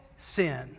sin